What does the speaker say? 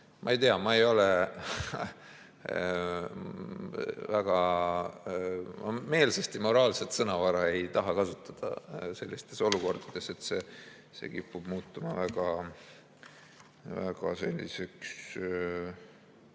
Ma ei tea, ma ei ole väga ... Ma meelsasti moraliseerivat sõnavara ei taha kasutada sellistes olukordades, see kipub muutuma väga selliseks